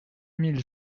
mille